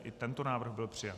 I tento návrh byl přijat.